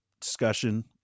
discussion